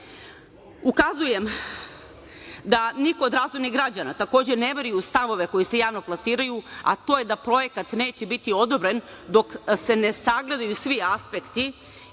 naučnika. Ukazujem da niko od razumnih građana, takođe, ne veruje u stavove koji se javno plasiraju, a to je da projekat neće biti odobren dok se ne sagledaju svi aspekti,